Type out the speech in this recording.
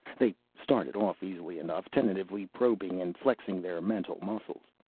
they started off easily enough, tentatively probing and flexing their mental muscles.